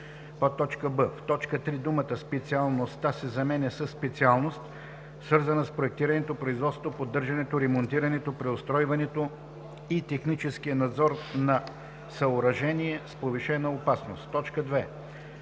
цел“; б) в т. 3 думата „специалността“ се заменя със „специалност, свързана с проектирането, производството, поддържането, ремонтирането, преустройването или техническия надзор на съоръжение с повишена опасност“. 2.